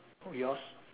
yours